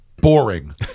boring